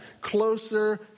closer